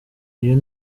uyu